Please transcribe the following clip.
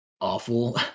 awful